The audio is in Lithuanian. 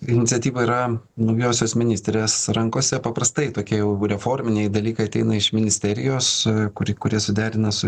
iniciatyva yra naujosios ministrės rankose paprastai tokie jau reforminiai dalykai ateina iš ministerijos kuri kurie suderina su